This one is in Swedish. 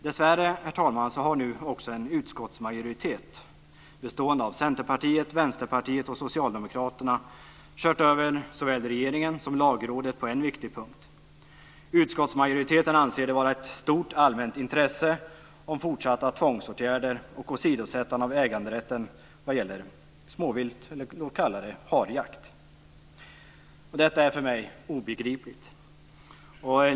Dessvärre, herr talman, har nu också en utskottsmajoritet bestående av Centerpartiet, Vänsterpartiet och Socialdemokraterna kört över såväl regeringen som Lagrådet på en viktig punkt. Utskottsmajoriteten anser det vara ett stort, allmänt intresse av fortsatta tvångsåtgärder och åsidosättande av äganderätten vad gäller småvilt - låt kalla det harjakt. Detta är för mig obegripligt.